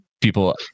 people